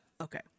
Okay